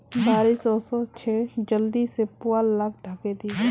बारिश ओशो छे जल्दी से पुवाल लाक ढके दे